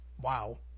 Wow